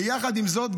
יחד עם זאת,